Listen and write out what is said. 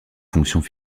fonctions